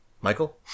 Michael